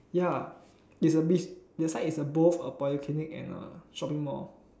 ya it's a beach that side is a both a polyclinic and a shopping mall